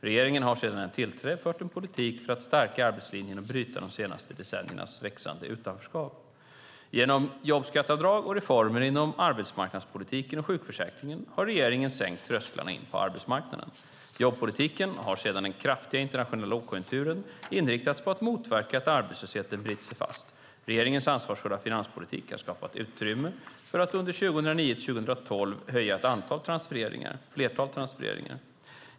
Regeringen har sedan den tillträdde fört en politik för att stärka arbetslinjen och bryta de senaste decenniernas växande utanförskap. Genom jobbskatteavdragen och reformerna inom arbetsmarknadspolitiken och sjukförsäkringen har regeringen sänkt trösklarna in på arbetsmarknaden. Jobbpolitiken har sedan den kraftiga internationella lågkonjunkturen inriktats på att motverka att arbetslösheten biter sig fast. Regeringens ansvarsfulla finanspolitik har skapat utrymme för att under 2009-2012 höja ett flertal transfereringar.